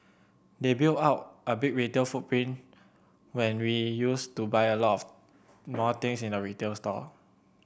they built out a big retail footprint when we used to buy a more things in the retail store